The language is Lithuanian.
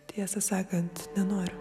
tiesą sakant nenoriu